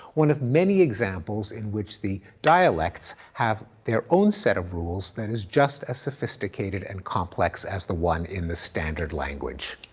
one of many examples in which the dialects have their own set of rules that is just as sophisticated and complex as the one in the standard language.